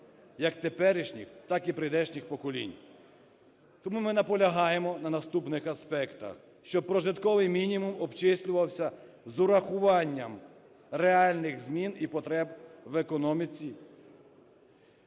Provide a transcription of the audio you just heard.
як теперішніх, так і прийдешніх поколінь. Тому ми наполягаємо на наступних аспектах. Щоб прожитковий мінімум обчислювався з урахуванням реальних змін і потреб в економіці,